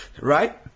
right